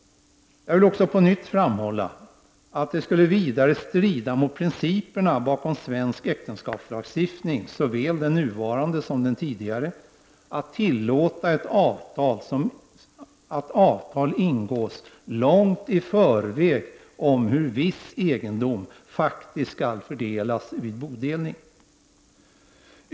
Jag vill också på nytt framhålla att det skulle strida mot principerna bakom svensk äktenskapslagstiftning, såväl den nuvarande som den tidigare, att tillåta att avtal ingås långt i förväg om hur viss egendom faktiskt skall fördelas vid bodelning.